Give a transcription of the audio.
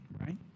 right